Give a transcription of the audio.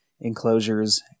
enclosures